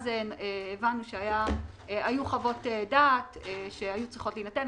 הבנו אז שהיו חוות דעת שהיו צריכות להינתן.